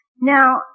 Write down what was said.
Now